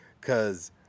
cause